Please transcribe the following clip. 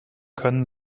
können